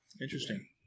Interesting